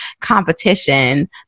competition